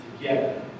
together